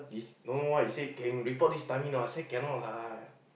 it's don't know what he say can report this timing or not I say cannot lah